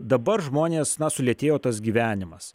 dabar žmonės na sulėtėjo tas gyvenimas